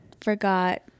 forgot